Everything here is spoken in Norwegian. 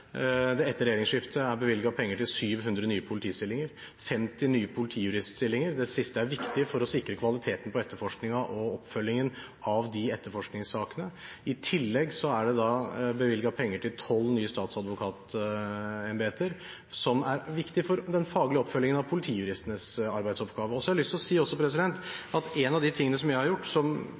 det etter regjeringsskiftet er bevilget penger til 700 nye politistillinger, 50 nye politijuriststillinger – det siste er viktig for å sikre kvaliteten på etterforskningen og oppfølgingen av de etterforskningssakene. I tillegg er det bevilget penger til 12 nye statsadvokatembeter, som er viktig for den faglige oppfølgingen av politijuristenes arbeidsoppgave. Så har jeg lyst til å si at en av de tingene jeg har gjort, som